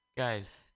guys